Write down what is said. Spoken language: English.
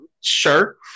sure